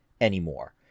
anymore